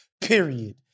period